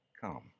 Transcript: come